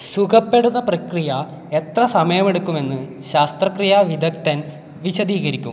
സുഖപ്പെടുന്ന പ്രക്രിയ എത്ര സമയമെടുക്കുമെന്ന് ശസ്ത്രക്രിയ വിദഗ്ധന് വിശദീകരിക്കും